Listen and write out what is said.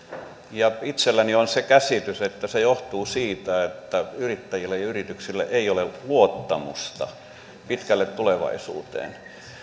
ja itselläni on se käsitys että se johtuu siitä että yrittäjillä ja yrityksillä ei ole luottamusta pitkälle tulevaisuuteen